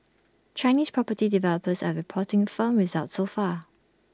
Chinese property developers are reporting firm results so far